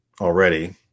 already